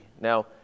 Now